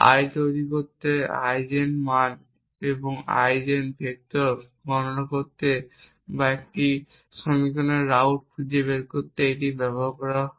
I তৈরি করতে eigen মান বা আইজেন ভেক্টর গণনা করতে বা একটি সমীকরণের রাউট খুঁজে বের করতে এটি ব্যবহার হয়